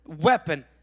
weapon